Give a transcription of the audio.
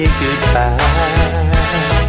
goodbye